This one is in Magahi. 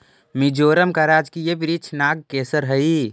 मिजोरम का राजकीय वृक्ष नागकेसर हई